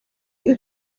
you